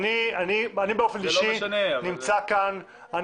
אני באופן אישי נמצא כאן,